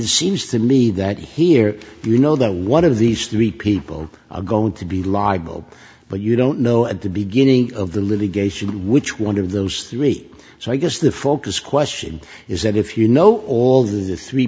it seems to me that here you know that one of these three people are going to be liable but you don't know at the beginning of the litigation which one of those three so i guess the focus question is that if you know all the three